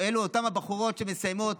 אלה אותן בחורות שמסיימות